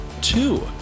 Two